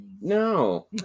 No